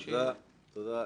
תודה.